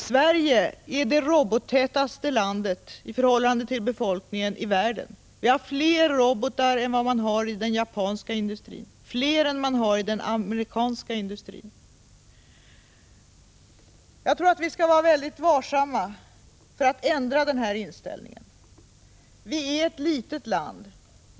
Sverige är det robottätaste landet i världen i förhållande till befolkningen. Vi har fler robotar än vad man har i den japanska industrin, och fler än man har i den amerikanska industrin. Jag tror att vi skall vara mycket varsamma när det gäller att ändra denna inställning. Sverige är ett litet land.